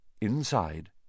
Inside